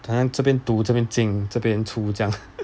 好像这边读这边进这边出这样